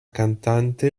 cantante